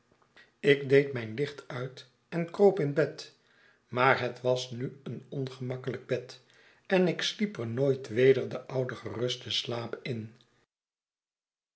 ik deed mijn licht uit en kroop in bed maar het was nu een ongemakkelijk bed en ik sliep er nooit weder den ouden gerusten slaap in